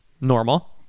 Normal